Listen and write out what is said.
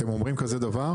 אתם אומרים כזה דבר?